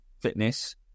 fitness